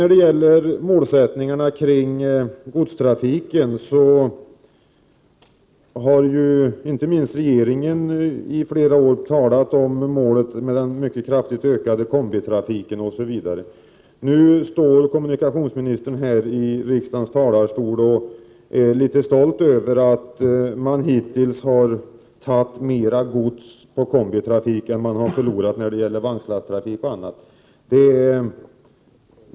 När det gäller målsättningarna kring godstrafiken har inte minst regeringeni flera år talat om målet med den mycket kraftigt ökade kombitrafiken osv. Nu står kommunikationsministern här i riksdagens talarstol och är litet stolt över att man hittills har tagit mera gods i kombitrafik än man har förlorat i vagnslasttrafik och annat.